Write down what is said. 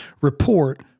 report